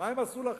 מה הם עשו לכם?